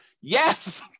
Yes